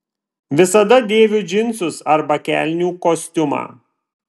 visada dėviu džinsus arba kelnių kostiumą